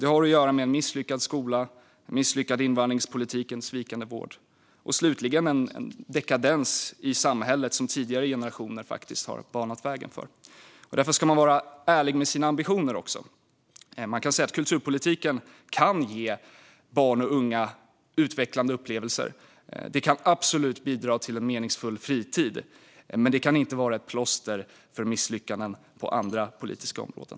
Det har att göra med en misslyckad skola, en misslyckad invandringspolitik, en svikande vård och slutligen en dekadens i samhället som tidigare generationer har banat väg för. Därför ska man också vara ärlig med sina ambitioner. Man kan säga att kulturpolitiken kan ge barn och unga utvecklande upplevelser. Den kan absolut bidra till en meningsfull fritid, men den kan inte vara plåster på misslyckanden på andra politiska områden.